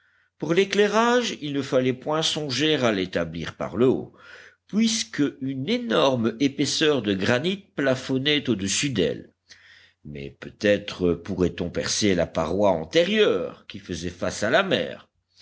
pour l'éclairage il ne fallait point songer à l'établir par le haut puisqu'une énorme épaisseur de granit plafonnait au-dessus d'elle mais peut-être pourrait-on percer la paroi antérieure qui faisait face à la mer